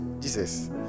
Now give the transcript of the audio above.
jesus